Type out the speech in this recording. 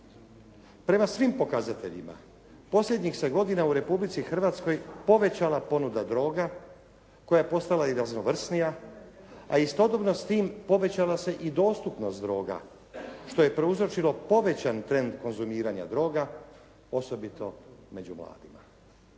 "Prema svim pokazateljima posljednjih se godina u Republici Hrvatskoj povećala ponuda droga koja je postala i raznovrsnija a istodobno s tim povećala se i dostupnost droga što je prouzročilo povećan trend konzumiranja droga osobito među mladima.".